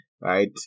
right